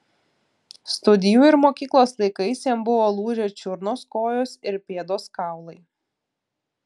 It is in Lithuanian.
studijų ir mokyklos laikais jam buvo lūžę čiurnos kojos ir pėdos kaulai